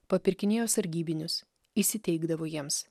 papirkinėjo sargybinius įsiteikdavo jiems